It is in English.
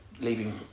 leaving